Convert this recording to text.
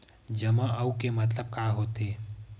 जमा आऊ के मतलब का होथे?